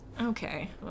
Okay